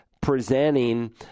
presenting